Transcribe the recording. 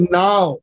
now।